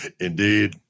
Indeed